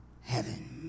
heaven